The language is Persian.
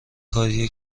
کاریه